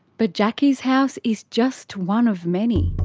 but jacki's house is just one of many.